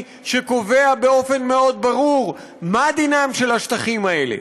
שקובע באופן מאוד ברור מה דינם של השטחים האלה.